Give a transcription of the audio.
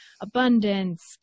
abundance